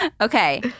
Okay